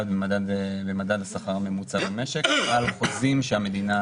במדד השכר הממוצע במשק על חוזים שהמדינה